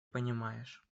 понимаешь